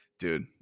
Dude